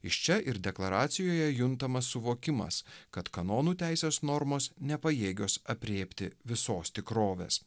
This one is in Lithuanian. iš čia ir deklaracijoje juntamas suvokimas kad kanonų teisės normos nepajėgios aprėpti visos tikrovės